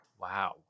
Wow